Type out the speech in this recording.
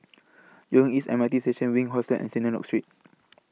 East M R T Station Wink Hostel and Synagogue Street